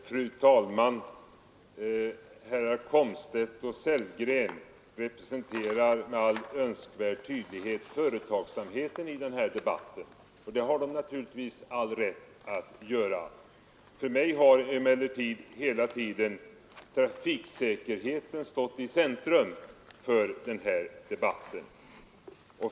Fru talman! Herrar Komstedt och Sellgren representerar med all önskvärd tydlighet företagsamheten i denna debatt, och det har de naturligtvis all rätt att göra. För mig har emellertid hela tiden trafiksäkerheten stått i centrum för denna debatt.